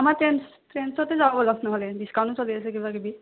টেঞ্চতে যাবল নহ'লে ডিকাউণ্টো চলি আছে কিবা কিবি